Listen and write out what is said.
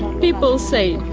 people say,